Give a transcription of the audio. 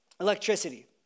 electricity